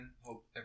Hope